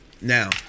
Now